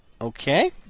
Okay